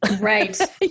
Right